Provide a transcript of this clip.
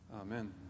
Amen